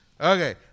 Okay